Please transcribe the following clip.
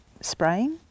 spraying